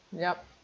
yup